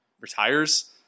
retires